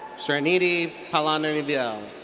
srinidhi palanivel.